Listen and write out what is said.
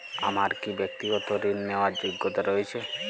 আমার কী ব্যাক্তিগত ঋণ নেওয়ার যোগ্যতা রয়েছে?